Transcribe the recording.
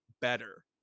better